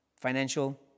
financial